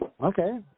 Okay